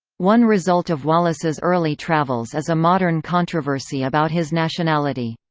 one result of wallace's early travels is a modern controversy about his nationality.